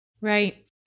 Right